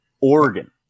Oregon